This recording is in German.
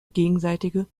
gegenseitige